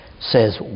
says